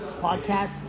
podcast